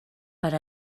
per